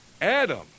Adam